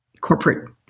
corporate